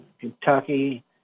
Kentucky